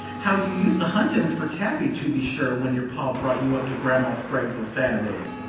how you used to hunt in it for taffy, to be sure, when your pa brought you up to grandma spragg's o' saturdays!